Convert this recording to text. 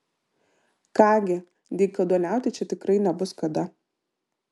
ką gi dykaduoniauti čia tikrai nebus kada